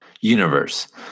universe